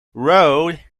road